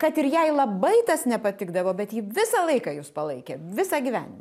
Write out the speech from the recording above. kad ir jai labai tas nepatikdavo bet ji visą laiką jus palaikė visą gyvenimą